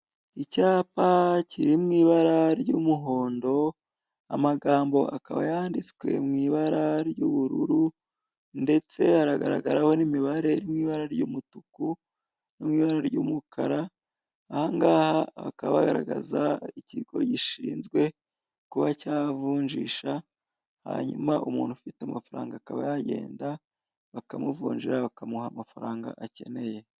Icyapa kiri mu ibara ry'umuhondo, amagambo akaba yanditswe mu'ibara ry'ubururu ndetse haragaragaraho n'imibare iri mu ibara ry'umutuku no mu ibara ry'umukara, aha ngaha hakaba hagaragaza ikigo gishinzwe kuba cyavunjisha, hanyuma umuntu ufite amafaranga akaba yagenda bakamuvunjira bakamuha amafaranga akeneye.